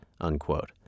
unquote